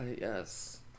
Yes